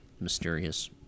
mysterious